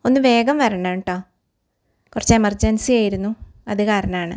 ഒന്ന് വേഗം വരണേട്ടോ കുറച്ചെമർജെൻസി ആയിരുന്നു അത് കാരണമാണ്